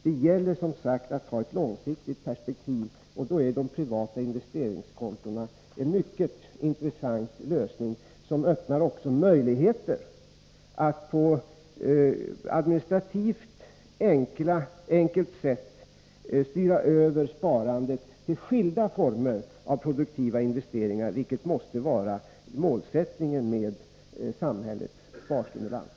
Det gäller, som sagt, att ha ett långsiktigt perspektiv. Då är de privata investeringskontona en mycket intressant lösning, som också öppnar möjligheter att på ett administrativt enkelt sätt styra över sparandet till skilda former av produktiva investeringar, vilket måste vara målsättningen för samhällets sparstimulans.